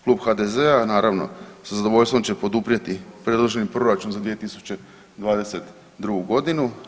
Klub HDZ-a naravno sa zadovoljstvom će poduprijeti predloženi proračun za 2022. godinu.